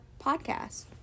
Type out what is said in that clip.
podcast